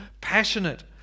passionate